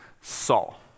Saul